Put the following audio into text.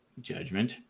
Judgment